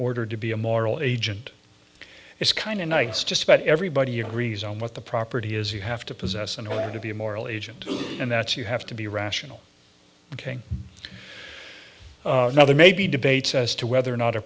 order to be a moral agent it's kind of nice just about everybody agrees on what the property is you have to possess in order to be a moral agent and that's you have to be rational ok another may be debates as to whether or not a